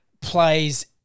plays